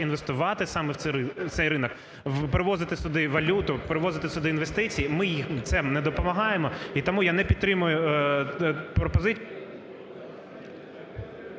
інвестувати саме в цей ринок, привозити сюди валюту, привозити сюди інвестиції, ми їм цим не допомагаємо. І тому я не підтримую… ГОЛОВУЮЧИЙ.